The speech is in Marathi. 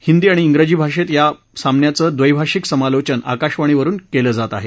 हिंदी आणि ग्रिजी भाषेत या सामन्याचं द्वैभाषिक समालोचन आकाशवाणीवरुन केलं जाणार आहे